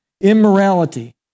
Immorality